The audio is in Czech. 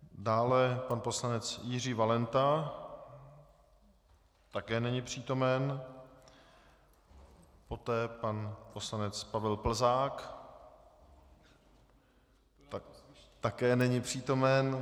Dále pan poslanec Jiří Valenta také není přítomen, poté pan poslanec Pavel Plzák také není přítomen.